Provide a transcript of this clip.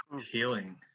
healing